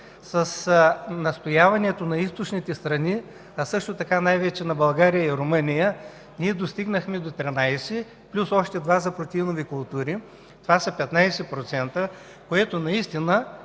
С настояването на източните страни, а също така най-вече на България и Румъния ние достигнахме до 13 плюс още два за протеинови култури – това са 15%, което наистина